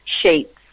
sheets